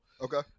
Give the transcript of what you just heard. Okay